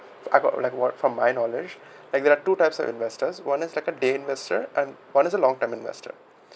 I got like what from my knowledge and there are two types of investors one is like a day investor and one is a long term investor